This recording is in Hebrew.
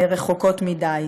לעתים רחוקות מדי.